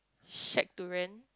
shack to rent